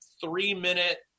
three-minute